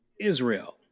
Israel